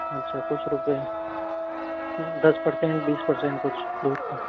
अच्छा कुछ रुपए दस परसेंट बीस परसेंट कुछ दूध